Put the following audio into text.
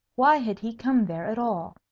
why had he come there at all?